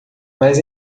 mas